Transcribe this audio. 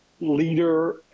leader